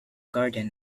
garden